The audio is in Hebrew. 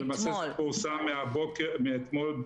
למעשה, פורסם מאתמול.